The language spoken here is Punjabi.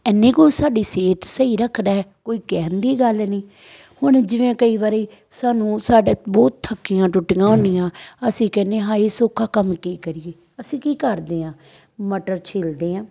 ਇੰਨੇ ਕੁ ਸਾਡੀ ਸਿਹਤ ਸਹੀ ਰੱਖਦਾ ਕੋਈ ਕਹਿਣ ਦੀ ਗੱਲ ਨਹੀਂ ਹੁਣ ਜਿਵੇਂ ਕਈ ਵਾਰੀ ਸਾਨੂੰ ਸਾਡੇ ਬਹੁਤ ਥੱਕੀਆਂ ਟੁੱਟੀਆਂ ਹੁੰਦੀਆਂ ਅਸੀਂ ਕਹਿੰਦੇ ਹਾਂ ਹਾਏ ਸੌਖਾ ਕੰਮ ਕੀ ਕਰੀਏ ਅਸੀਂ ਕੀ ਕਰਦੇ ਹਾਂ ਮਟਰ ਛਿਲਦੇ ਹਾਂ